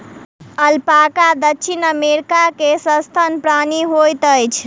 alpaca दक्षिण America के सस्तन प्राणी होइत अछि